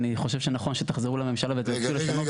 אני חושב שנכון יהיה שתחזרו לממשלה --- רגע,